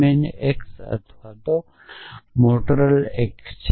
main x અથવા mortal x છે